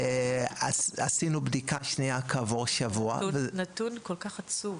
נתון כל כך עצוב.